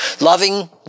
Loving